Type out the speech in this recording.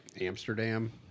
Amsterdam